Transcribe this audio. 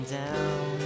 down